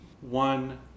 one